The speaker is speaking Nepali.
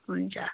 हुन्छ